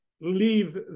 leave